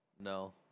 no